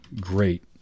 great